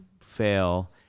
fail